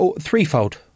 threefold